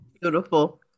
Beautiful